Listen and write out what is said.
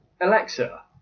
Alexa